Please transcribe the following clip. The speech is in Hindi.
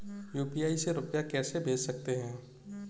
यू.पी.आई से रुपया कैसे भेज सकते हैं?